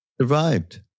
Survived